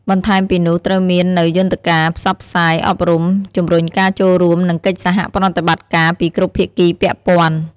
បន្ថែមពីនោះត្រូវមាននូវយន្តការផ្សព្វផ្សាយអប់រំ ជំរុញការចូលរួម និងកិច្ចសហប្រតិបត្តិការពីគ្រប់ភាគីពាក់ព័ន្ធ។